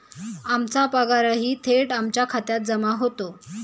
आमचा पगारही थेट आमच्या खात्यात जमा होतो